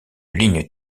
ligne